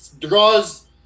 draws